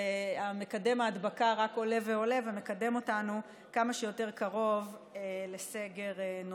ומקדם ההדבקה רק עולה ועולה ומקדם אותנו כמה שיותר קרוב לסגר נוסף.